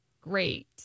great